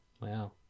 Wow